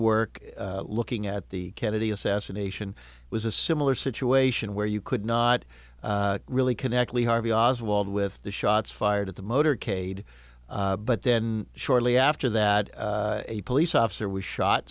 work looking at the kennedy assassination it was a similar situation where you could not really connect lee harvey oswald with the shots fired at the motorcade but then shortly after that a police officer was shot